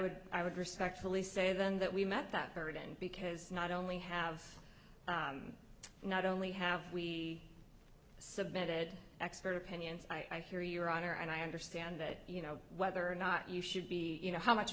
would i would respectfully say then that we met that burden because not only have not only have we submitted expert opinions i hear your honor and i understand that you know whether or not you should be you know how much